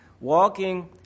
walking